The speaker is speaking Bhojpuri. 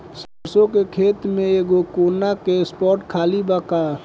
सरसों के खेत में एगो कोना के स्पॉट खाली बा का?